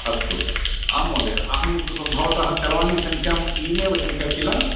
अस्तु आं महोदय अहं भवतः चलवानी संख्यां ई मेल् संख्या किल